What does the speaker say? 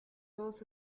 also